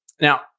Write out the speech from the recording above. Now